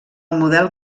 model